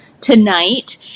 tonight